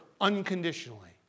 unconditionally